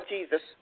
Jesus